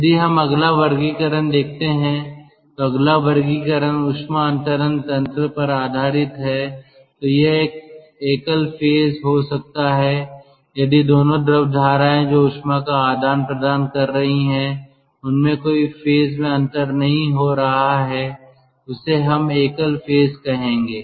यदि हम अगला वर्गीकरण देखते हैं तो अगला वर्गीकरण ऊष्मा अंतरण तंत्र पर आधारित है तो यह एकल फेज हो सकता है यदि दोनों द्रव धाराएँ जो ऊष्मा का आदान प्रदान कर रही हैं उनमें कोई फेज में अंतर नहीं हो रहा है उसे हम एकल फेज कहेंगे